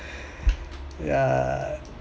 ya